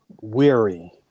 Weary